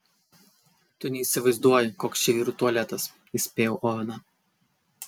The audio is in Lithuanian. tu neįsivaizduoji koks čia vyrų tualetas įspėjau oveną